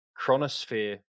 Chronosphere